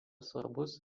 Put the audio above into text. svarbus